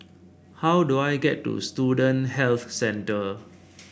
how do I get to Student Health Centre